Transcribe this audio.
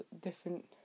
different